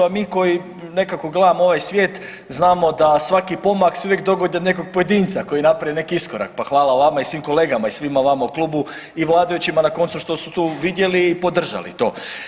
A mi koji nekako gledamo ovaj svijet znamo da svaki pomak se uvijek dogodi od nekog pojedinca koji napravi neki iskorak pa hvala vama i svim kolegama i svima vama u klubu i vladajućima na koncu što su tu vidjeli i podržali to.